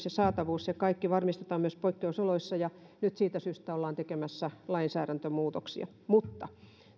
ja saatavuus ja kaikki varmistetaan myös poikkeusoloissa ja nyt siitä syystä ollaan tekemässä lainsäädäntömuutoksia mutta